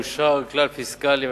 אושר כלל פיסקלי,